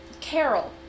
Carol